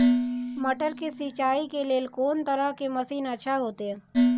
मटर के सिंचाई के लेल कोन तरह के मशीन अच्छा होते?